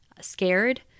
scared